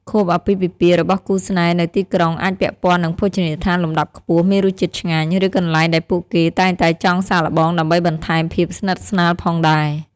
ខួបអាពាហ៍ពិពាហ៍របស់គូស្នេហ៍នៅទីក្រុងអាចពាក់ព័ន្ធនឹងភោជនីយដ្ឋានលំដាប់ខ្ពស់ មានរសជាតិឆ្ងាញ់ ឬកន្លែងដែលពួកគេតែងតែចង់សាកល្បងដើម្បីបន្ថែមភាពស្និតស្នាលផងដែរ។